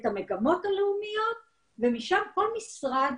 את המגמות הלאומיות ומשם כל משרד,